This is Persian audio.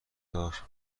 داشت